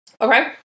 okay